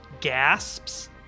gasps